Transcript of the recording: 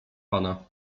pana